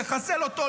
לחסל אותו,